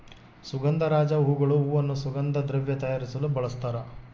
ಸುಗಂಧರಾಜ ಹೂಗಳು ಹೂವನ್ನು ಸುಗಂಧ ದ್ರವ್ಯ ತಯಾರಿಸಲು ಬಳಸ್ತಾರ